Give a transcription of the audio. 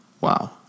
Wow